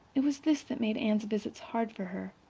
it was this that made anne's visits hard for her.